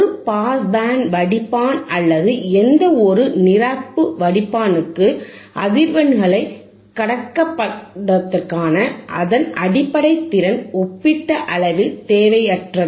ஒரு pass band வடிப்பான் அல்லது எந்தவொரு நிரப்பு வடிப்பானுக்கும் அதிர்வெண்களைக் கடப்பதற்கான அதன் அடிப்படை திறன் ஒப்பீட்டளவில் தேய்வற்றது